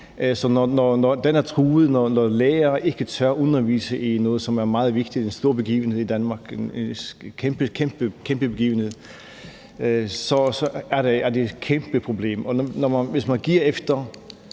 Så når den er truet, når lærere ikke tør undervise i noget, som er meget vigtigt, en stor begivenhed i Danmark – en kæmpe begivenhed – så er det et kæmpeproblem. Hvis man giver lidt